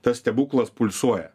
tas stebuklas pulsuoja